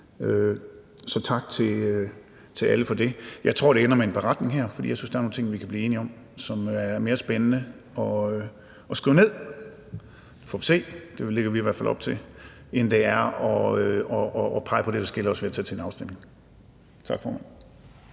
Så tak til alle for det. Jeg tror, at det ender med en beretning, for jeg synes, at der er nogle ting, vi kan blive enige om, som er mere spændende at skrive ned – nu får vi at se; det lægger vi i hvert fald op til – end det er at pege på det, der skiller os, ved at sætte det til afstemning. Tak, formand.